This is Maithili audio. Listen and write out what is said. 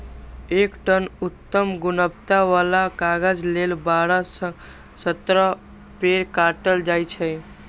एक टन उत्तम गुणवत्ता बला कागज लेल बारह सं सत्रह पेड़ काटल जाइ छै